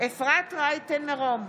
אפרת רייטן מרום,